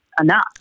enough